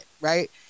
right